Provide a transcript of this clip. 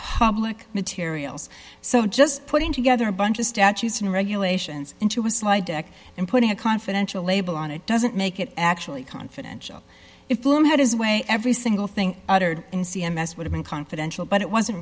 public materials so just putting together a bunch of statutes and regulations into was like dec and putting a confidential label on it doesn't make it actually confidential if one had his way every single thing uttered in c m s would've been confidential but it wasn't